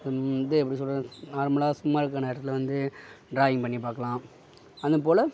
வந்து எப்படி சொல்கிறது நார்மலாக சும்மா இருக்க நேரத்தில் வந்து டிராயிங் பண்ணி பார்க்கலாம் அது போல்